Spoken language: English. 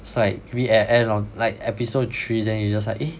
so like maybe at the end on like episode three then you just like eh